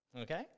okay